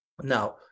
Now